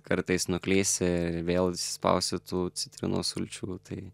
kartais nuklysi ir vėl įspausi tų citrinų sulčių nu tai